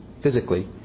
physically